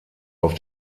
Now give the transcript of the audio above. auf